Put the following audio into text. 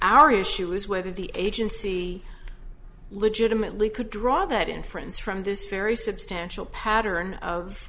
our issue is whether the agency legitimately could draw that inference from this very substantial pattern of